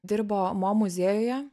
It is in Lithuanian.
dirbo mo muziejuje